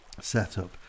setup